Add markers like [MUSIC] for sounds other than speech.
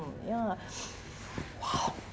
ya [BREATH] !wow!